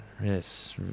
Yes